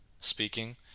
speaking